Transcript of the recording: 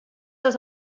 das